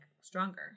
stronger